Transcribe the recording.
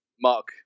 Mark